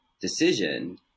decision